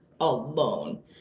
alone